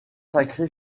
sacré